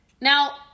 Now